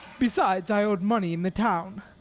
besides, i owed money in the town.